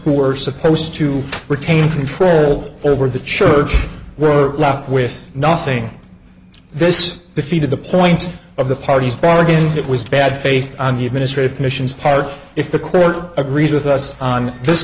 were supposed to retain control over the church were left with nothing this defeated the point of the parties bargain it was bad faith on the administrative commissions if the court agrees with us on this